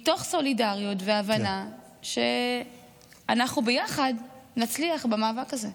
מתוך סולידריות והבנה שאנחנו ביחד נצליח במאבק הזה.